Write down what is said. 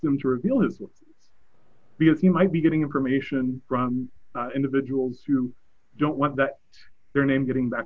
them to reveal it because you might be getting information from individuals you don't want that their name getting back